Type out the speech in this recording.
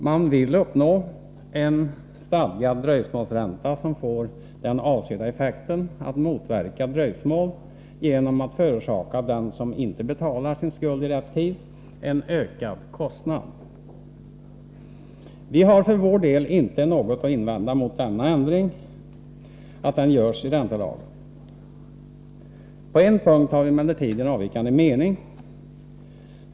Man vill uppnå en stadgad dröjsmålsränta som får den avsedda effekten, att motverka dröjsmål, genom att förorsaka den som inte betalar sin skuld i rätt tid en ökad kostnad. Vi har för vår del inte något att invända mot att denna ändring redan nu görs i räntelagen. På en punkt har vi emellertid en avvikande mening.